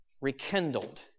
rekindled